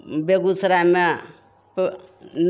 बेगूसरायमे